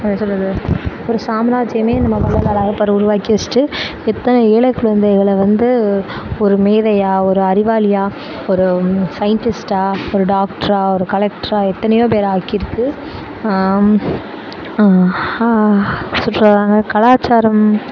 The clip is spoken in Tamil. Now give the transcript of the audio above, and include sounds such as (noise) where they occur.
எப்படி சொல்வது ஒரு சாம்ராஜ்ஜியமே நம்ம வள்ளல் அழகப்பர் உருவாக்கி வச்சுட்டு எத்தனை ஏழை குழந்தைகளை வந்து ஒரு மேதையாக ஒரு அறிவாளியாக ஒரு சயின்டிஸ்ட்டாக ஒரு டாக்ட்ராக ஒரு கலெக்ட்ராக எத்தனையோ பேரை ஆக்கியிருக்கு (unintelligible) கலாச்சாரம்